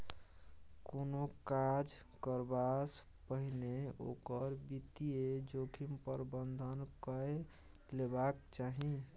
कोनो काज करबासँ पहिने ओकर वित्तीय जोखिम प्रबंधन कए लेबाक चाही